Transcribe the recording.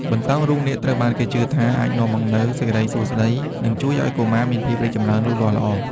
បណ្ដោងរូបនាគត្រូវបានគេជឿថាអាចនាំមកនូវសិរីសួស្តី និងជួយឱ្យកុមារមានភាពចម្រើនលូតលាស់ល្អ។